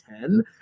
ten